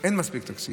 אין מספיק תקציב.